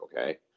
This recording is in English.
okay